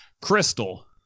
crystal